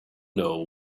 know